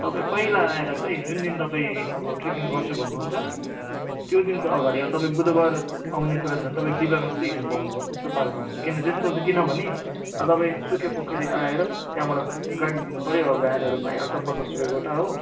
तपाईँ पहिला आएर चाहिँ जुन दिन तपाईँ अब ट्रेकिङ गर्छु भन्नु हुन्छ त्यो दिनको अगाडि अब तपाईँ बुधबार आउने कुरा छ भने तपाईँ बिहिबार मात्रै हिँड्नु पाउनु भयो त्यस्तो पाराको हुन्छ किन त्यस्तो चाहिँ किनभने अब तपाईँ सुके पोखरी आएर त्यहाँबाट गाडी लिनुपर्यो भ्यानहरू पाइहाल्छ पचास रुपियाँ गोटा हो